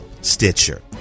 Stitcher